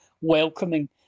welcoming